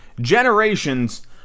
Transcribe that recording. generations